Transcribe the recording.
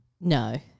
No